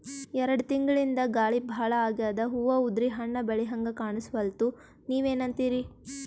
ಎರೆಡ್ ತಿಂಗಳಿಂದ ಗಾಳಿ ಭಾಳ ಆಗ್ಯಾದ, ಹೂವ ಉದ್ರಿ ಹಣ್ಣ ಬೆಳಿಹಂಗ ಕಾಣಸ್ವಲ್ತು, ನೀವೆನಂತಿರಿ?